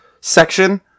section